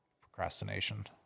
procrastination